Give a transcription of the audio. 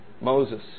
Moses